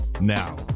Now